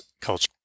culture